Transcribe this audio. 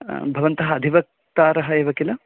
भवन्तः अधिवक्तारः एव किल